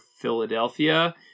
Philadelphia